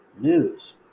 news